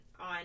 on